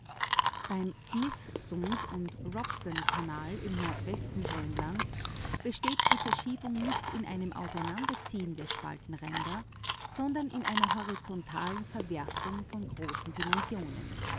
beim smithsund und robesonkanal im nordwesten grönlands besteht die verschiebung nicht in einem auseinanderziehen der spaltenränder sondern in einer horizontalen verwerfung von großen dimensionen